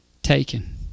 Taken